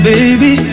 Baby